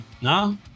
No